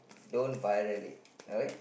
don't violate okay